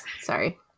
Sorry